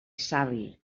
savi